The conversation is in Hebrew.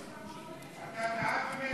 אתה בעד או נגד?